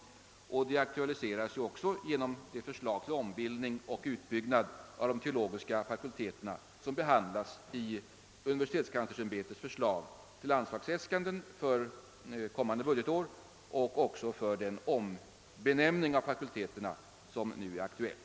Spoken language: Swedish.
Det aktualiseras också genom det förslag till ombildning och utbyggnad av de teologiska fakulteterna som behandlas i universitetskanslersämbetets förslag till anslagsäskanden för kommande budgetår och den ombenämning av fakulteterna som är aktuell.